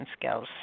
skills